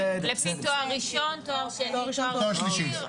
לפי תואר ראשון, תואר שני, תואר שלישי.